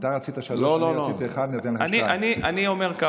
אתה רצית שלוש, אני רציתי אחת, אני נותן לך